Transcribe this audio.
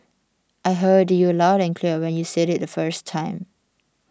I heard you loud and clear when you said it the first time